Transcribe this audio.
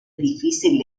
difícil